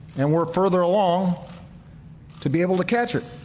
and we're further along to be able to catch it.